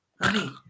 Honey